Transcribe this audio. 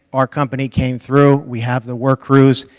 our company came through. we have the work crews,